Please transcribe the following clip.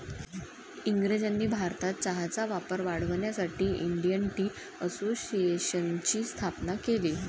इंग्रजांनी भारतात चहाचा वापर वाढवण्यासाठी इंडियन टी असोसिएशनची स्थापना केली